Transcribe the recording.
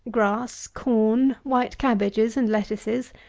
grass, corn, white cabbages, and lettuces,